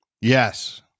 Yes